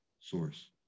source